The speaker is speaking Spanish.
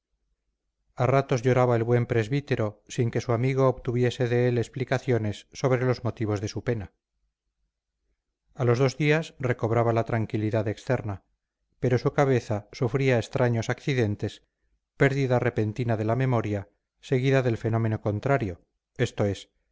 a ratos lloraba el buen presbítero sin que su amigo obtuviese de él explicaciones sobre los motivos de su pena a los dos días recobraba la tranquilidad externa pero su cabeza sufría extraños accidentes pérdida repentina de la memoria seguida del fenómeno contrario esto es